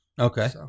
Okay